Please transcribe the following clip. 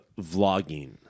vlogging